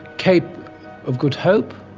cape of good hope.